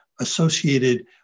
associated